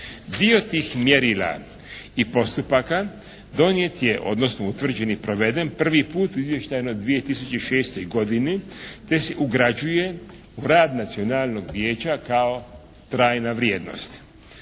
Dio tih mjerila i postupaka donijet je, odnosno utvrđen i proveden prvi put izvještajno u 2006. godini te se ugrađuje u rad Nacionalnog vijeća kao trajna vrijednost.